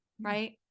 Right